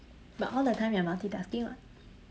but all the time you are multitasking [what]